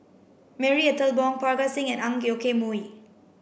Marie Ethel Bong Parga Singh and Ang Yoke Mooi